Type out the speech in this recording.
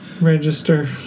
register